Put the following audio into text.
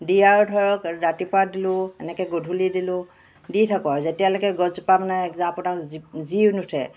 দিয়াৰ ধৰক ৰাতিপুৱা দিলো এনেকৈ গধূলি দিলো দি থাকোঁ আৰু যেতিয়ালৈকে গছজোপা মানে জী নুঠে